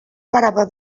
parava